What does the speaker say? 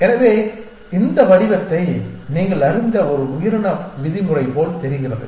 எனவே இந்த வடிவத்தை நீங்கள் அறிந்த ஒரு உயிரின விதிமுறை போல் தெரிகிறது